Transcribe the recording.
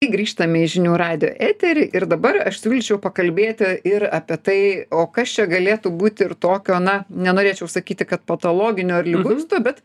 grįžtame į žinių radijo eterį ir dabar aš siūlyčiau pakalbėti ir apie tai o kas čia galėtų būti ir tokio na nenorėčiau sakyti kad patologinio ar lyguisto bet